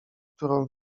którą